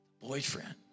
Boyfriend